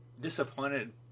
disappointed